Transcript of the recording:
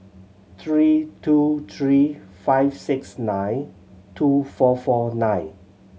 three two three five six nine two four four nine